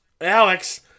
Alex